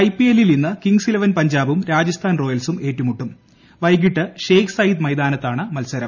I പി എല്ലിൽ ഇന്ന് കിംഗ്സ് ഇലവൻ പഞ്ചാബും രാജസ്ഥാൻ ് റോയൽസും ഏറ്റുമുട്ടും വൈകിട്ട് ഷെയ്ക്ക് സായിദ് മൈതാനത്താണ് മത്സരം